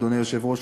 אדוני היושב-ראש,